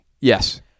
Yes